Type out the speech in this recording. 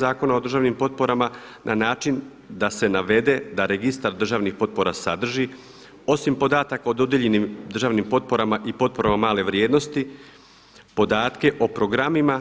Zakona o državnim potporama na način da se navede da registar državnih potpora sadrži osim podataka o dodijeljenim državnim potporama i potporama male vrijednosti, podatke o programima